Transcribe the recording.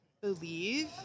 believe